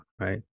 Right